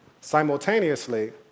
Simultaneously